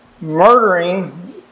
murdering